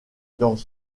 dans